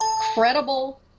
credible